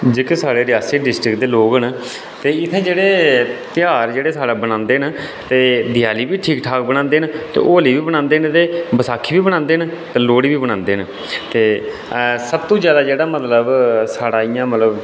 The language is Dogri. जेह्के साढ़े रियासी डिस्ट्रिक्ट दे लोग नै ते इत्थै जेह्ड़े ध्यार जेह्ड़े साढ़े बनांदे न ते देयाली बी ठीक ठाक बनांदे न ते होली बी बनांदे न ते बसाखी बी बनांदे न ते लोहड़ी बी बनांदे न ते सब तूं जेह्ड़ा मतलब साढ़ा इ'यां मतलब